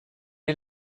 est